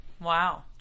wow